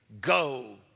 Go